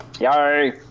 Yay